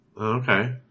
Okay